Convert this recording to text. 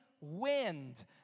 wind